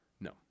no